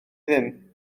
ddim